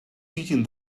sitting